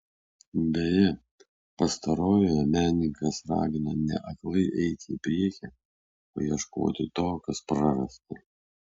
beje pastarojoje menininkas ragino ne aklai eiti į priekį o ieškoti to kas prarasta